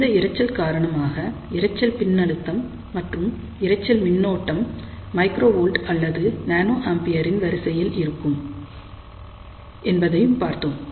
இந்த இரைச்சல் காரணமாக இரைச்சல் மின்னழுத்தம் அல்லது இறைச்சல் மின்னோட்டம் μV அல்லது nA இன் வரிசையில் இருக்கலாம் என்பதையும் பார்த்தோம்